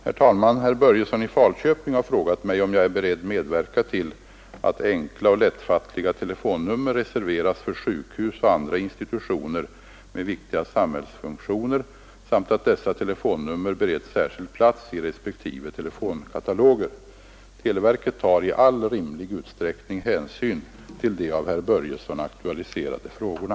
Herr talman! Herr Börjesson i Falköping har frågat mig om jag är beredd medverka till att enkla och lättfattliga telefonnummer reserveras för sjukhus och andra institutioner med viktiga samhällsfunktioner samt att dessa telefonnummer bereds särskild plats i respektive telefonkataloger. Televerket tar i all rimlig utsträckning hänsyn till de av herr Börjesson aktualiserade frågorna.